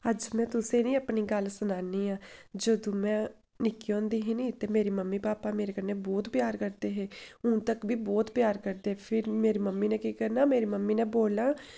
अज्ज में तुसें ई निं अपनी गल्ल सनान्नी आं जदूं में निक्की होंदी ही निं ते मेरे मम्मी पापा मेरे कन्नै ब्हौत प्यार करदे हे हून तक बी ब्हौत प्यार करदे फिर मेरी मम्मी ने केह् करना मेरी मम्मी ने बोलना